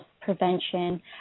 prevention